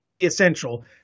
essential